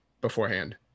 beforehand